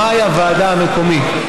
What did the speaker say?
שמאי של הוועדה המקומית,